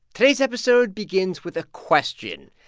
today's episode begins with a question.